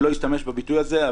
אני לא אשתמש בביטוי הזה,